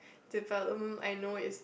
development I know is